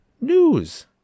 news